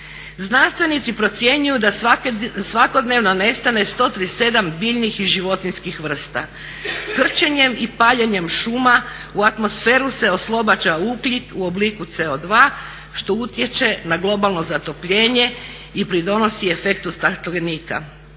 Znanstvenici procjenjuju da svakodnevno nestane 137 biljnih i životinjskih šuma. Krčenjem i paljenjem šuma u atmosferu se oslobađa ugljik u obliku CO2 što utječe na globalno zatopljenje i pridonosi efektu staklenika.